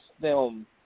film